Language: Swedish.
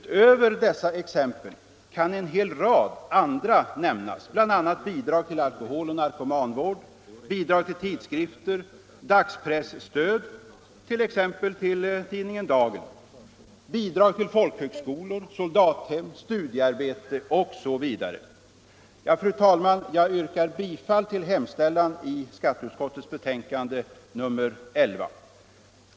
Utöver dessa exempel kan en hel rad andra nämnas, bl.a. bidrag till alkoholistoch narkomanvård, bidrag till tidskrifter, dagpresstöd, ex — Avdrag vid inempelvis till tidningen Dagen, bidrag till folkhögskolor, soldathem, stu — komstbeskattningen diearbete osv. för gåvor till Fru talman! Jag yrkar bifall till hemställan i skatteutskottets betän — allmännyttiga kande nr 11.